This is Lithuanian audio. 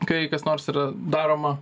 kai kas nors yra daroma